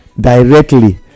directly